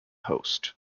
host